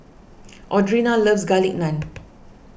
Audrina loves Garlic Naan